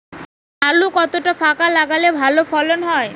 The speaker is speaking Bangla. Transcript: আলু কতটা ফাঁকা লাগে ভালো ফলন হয়?